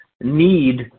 need